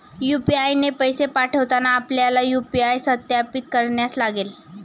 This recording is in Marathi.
यू.पी.आय ने पैसे पाठवताना आपल्याला यू.पी.आय सत्यापित करण्यास सांगेल